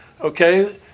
Okay